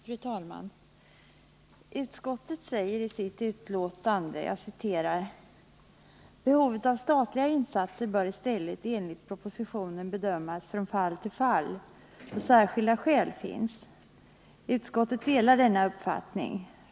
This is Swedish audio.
Fru talman! Utskottet säger i sitt betänkande: ”Behovet av statliga insatser bör i stället enligt propositionen bedömas från fall till fall, då särskilda skäl finns. Utskottet delar denna uppfattning.